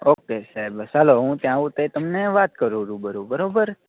okay સાહેબ ચાલો હું ત્યાં આવું ત્યારે તમને વાત કરું છું રુબરુ બરાબર